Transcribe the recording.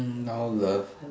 now love